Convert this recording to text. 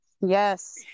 Yes